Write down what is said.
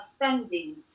offending